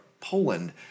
Poland